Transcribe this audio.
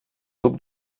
duc